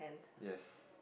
yes